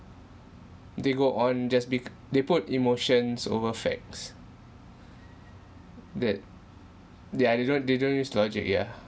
they go on just bec~ they put emotions over facts that yeah they don't they don't use logic yeah